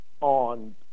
on